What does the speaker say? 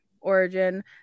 origin